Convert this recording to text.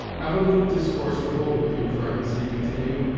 i've a little discourse to hold with you, friends, he continued,